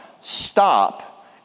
stop